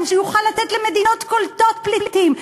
גם כדי שהוא יוכל לצאת למדינות קולטות פליטים.